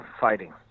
fighting